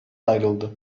ayrıldı